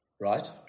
right